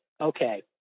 okay